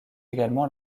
également